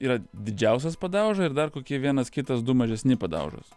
yra didžiausias padauža ir dar kokie vienas kitas du mažesni padaužos